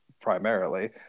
primarily